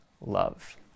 love